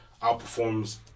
outperforms